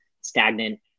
stagnant